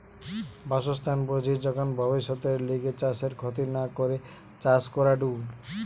বাসস্থান বুঝি যখন ভব্যিষতের লিগে চাষের ক্ষতি না করে চাষ করাঢু